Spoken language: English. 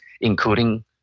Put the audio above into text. including